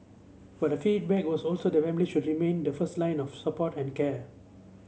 but the feedback was also that the family should remain the first line of support and care